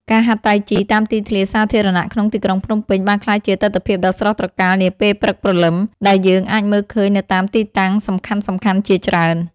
ការហាត់តៃជីតាមទីធ្លាសាធារណៈក្នុងទីក្រុងភ្នំពេញ បានក្លាយជាទិដ្ឋភាពដ៏ស្រស់ត្រកាលនាពេលព្រឹកព្រលឹម ដែលយើងអាចមើលឃើញនៅតាមទីតាំងសំខាន់ៗជាច្រើន។